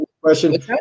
question